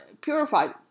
purified